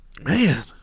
Man